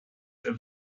der